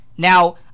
Now